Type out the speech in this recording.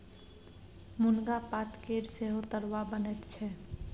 मुनगा पातकेर सेहो तरुआ बनैत छै